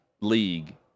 league